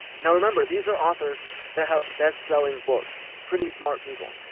now remember, these are authors that have best-selling books. pretty smart people.